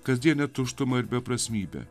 kasdienę tuštumą ir beprasmybę